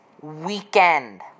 weekend